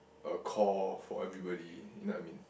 a core for everybody you know what I mean